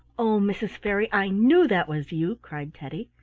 oh, mrs. fairy, i knew that was you! cried teddy.